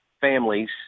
families